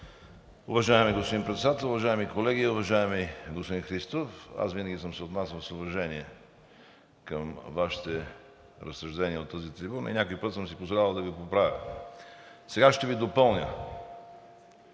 Уважаеми господин Председател, уважаеми колеги, уважаеми господин Христов, аз винаги съм се отнасял с уважение към Вашите разсъждения от тази трибуна и някой път съм си позволявал да Ви поправя. Сега ще Ви допълня.